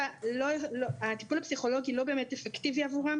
7, הטיפול הפסיכולוגי לא באמת אפקטיבי עבורם.